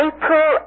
April